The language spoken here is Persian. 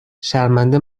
شرمنده